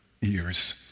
years